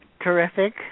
Terrific